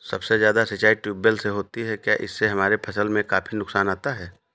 सबसे ज्यादा सिंचाई ट्यूबवेल से होती है क्या इससे हमारे फसल में काफी नुकसान आता है?